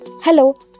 Hello